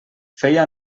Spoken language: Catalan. feia